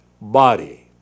body